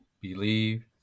believe